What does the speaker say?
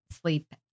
sleep